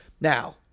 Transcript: Now